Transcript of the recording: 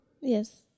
Yes